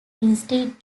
instead